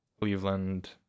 Cleveland